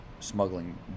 smuggling